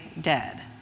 dead